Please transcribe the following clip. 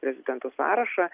prezidentus sąrašą